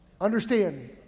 Understand